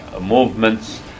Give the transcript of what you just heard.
movements